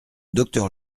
docteur